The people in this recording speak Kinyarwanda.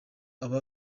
aba